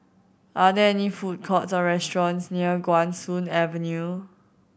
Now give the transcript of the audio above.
are there any food courts or restaurants near Guan Soon Avenue